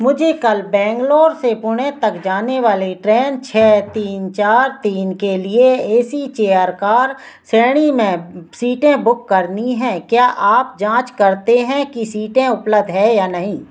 मुझे कल बैंगलोर से पुणे तक जाने वाली ट्रेन छः तीन चार तीन के लिए ए सी चेयर कार श्रेणी में सीटें बुक करनी है क्या आप जाँच करते हैं कि सीटें उपलध है या नहीं